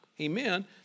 amen